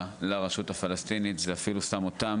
לרשות הפלסטינית זה אפילו שם אותם,